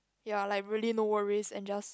ya like really no worries and just